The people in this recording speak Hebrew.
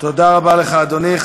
תודה רבה לך, אדוני.